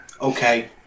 Okay